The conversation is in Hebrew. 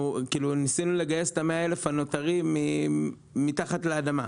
ניסינו לגייס את 100 אלף השקלים הנותרים מתחת לאדמה.